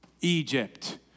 Egypt